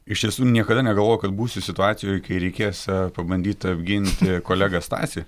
iš tiesų niekada negalvojau kad būsiu situacijoj kai reikės pabandyt apginti kolegą stasį